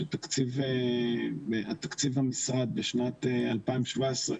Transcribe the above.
שתקציב המשרד בשנת 2017,